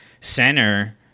center